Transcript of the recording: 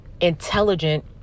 intelligent